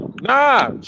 Nah